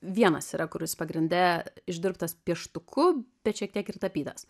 vienas yra kuris pagrinde išdirbtas pieštuku bet šiek tiek ir tapytas